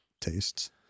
tastes